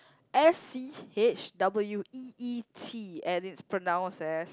S_C_H_W_E_E_T and it's pronounce as